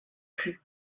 plus